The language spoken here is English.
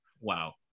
Wow